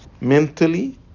mentally